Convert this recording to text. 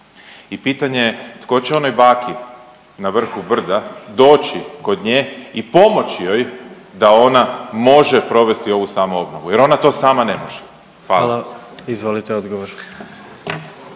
i pitanje tko će onoj baki na vrhu brda doći kod nje i pomoći joj da ona može provesti ovu samoobnovu jer ona to sama ne može. Hvala. **Jandroković,